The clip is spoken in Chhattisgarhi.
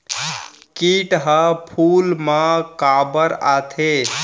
किट ह फूल मा काबर आथे?